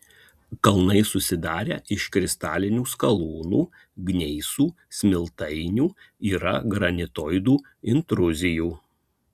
kalnai susidarę iš kristalinių skalūnų gneisų smiltainių yra granitoidų intruzijų